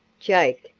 jake!